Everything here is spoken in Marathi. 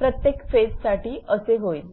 प्रत्येक फेज साठी असे होईल